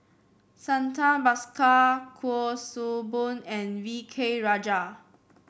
Santha Bhaskar Kuik Swee Boon and V K Rajah